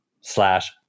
slash